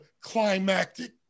climactic